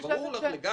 ברור לך לגמרי,